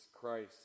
Christ